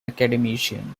academician